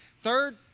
Third